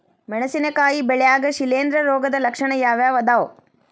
ಮೆಣಸಿನಕಾಯಿ ಬೆಳ್ಯಾಗ್ ಶಿಲೇಂಧ್ರ ರೋಗದ ಲಕ್ಷಣ ಯಾವ್ಯಾವ್ ಅದಾವ್?